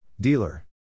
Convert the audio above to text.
Dealer